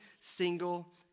single